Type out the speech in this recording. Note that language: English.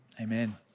Amen